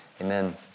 amen